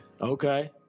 Okay